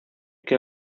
que